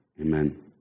Amen